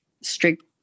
strict